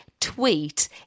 tweet